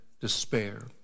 despair